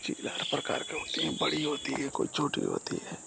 चील हर प्रकार की होती हैं बड़ी होती है कोई छोटी होती हैं